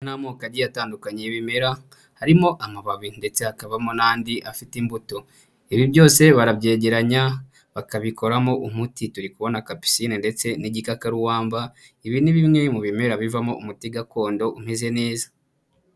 Ni amoko agiye atandukanye yibimera harimo amababi ndetse hakabamo n'andi afite imbuto. Ibi byose barabyegeranya bakabikoramo umuti turi kubona kapisine ndetse n'igikakaruwamba, ibi ni bimwe mu bimera bivamo umuti gakondo umezeze neza.